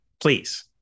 Please